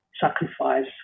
sacrifice